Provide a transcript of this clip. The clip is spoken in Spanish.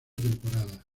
temporada